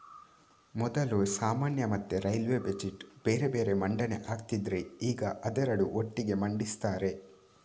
ಮೊದಲು ಸಾಮಾನ್ಯ ಮತ್ತೆ ರೈಲ್ವೇ ಬಜೆಟ್ ಬೇರೆ ಬೇರೆ ಮಂಡನೆ ಆಗ್ತಿದ್ರೆ ಈಗ ಅದೆರಡು ಒಟ್ಟಿಗೆ ಮಂಡಿಸ್ತಾರೆ